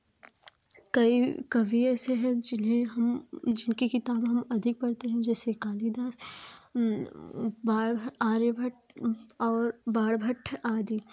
कई कवि ऐसे हैं जिन्हें हम जिनके किताब हम अधिक पढ़ते हैं जैसे कालिदास भारवि आर्यभट्ट और बाणभट्ट आदि